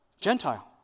Gentile